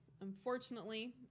unfortunately